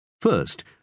First